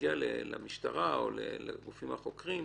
הגיע למשטרה או לגופים החוקרים,